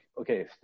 okay